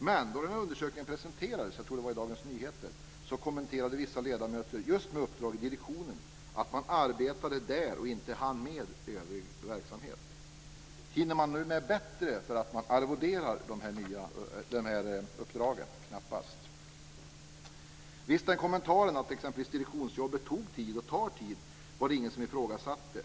Men då den här undersökningen presenterades - jag tror att det var i Dagens Nyheter - kommenterade vissa ledamöter just med uppdrag i direktionen att man arbetade där och inte hann med övrig verksamhet. Hinner man nu med bättre för att man arvoderar de nya uppdragen? Knappast. Kommentaren att direktionsjobbet tog tid och tar tid var det ingen som ifrågasatte.